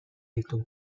ditu